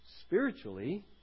spiritually